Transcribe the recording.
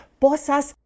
posas